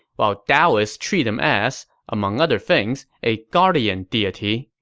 while daoists treat him as, among other things, a guardian deity.